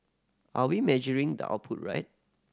are we measuring the output right